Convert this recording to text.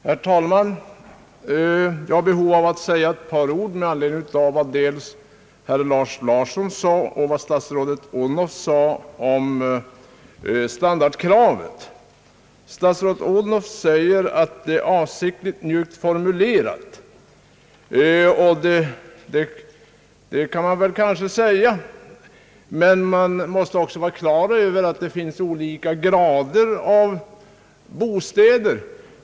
Herr talman! Jag har ett behov av att säga ett par ord med anledning av vad herr Lars Larsson och även statsrådet Odhnoff anförde om standardkravet. Statsrådet Odhnoff säger att skrivningen på denna punkt är avsiktligt mjukt utformad. Det kan man kanske säga, men man måste också ha klart för sig att det finns olika grader av bostäder.